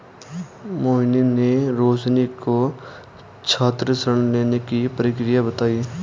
मोहिनी ने रोशनी को छात्र ऋण लेने की प्रक्रिया बताई